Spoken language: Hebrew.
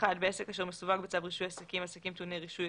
בעסק אשר מסווג בצו רישוי עסקים (עסקים טעוני רישוי)